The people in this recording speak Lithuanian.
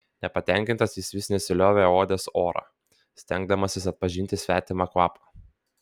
nepatenkintas jis vis nesiliovė uodęs orą stengdamasis atpažinti svetimą kvapą